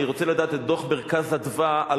אני רוצה לדעת את דוח "מרכז אדוה" על